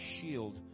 shield